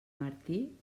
martí